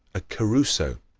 a caruso,